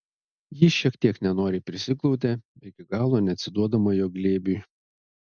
ji šiek tiek nenoriai prisiglaudė iki galo neatsiduodama jo glėbiui